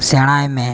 ᱥᱮᱬᱟᱭ ᱢᱮ